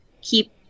keep